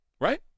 Right